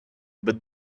but